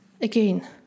Again